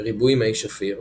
ריבוי מי שפיר